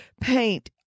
paint